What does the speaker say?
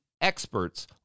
experts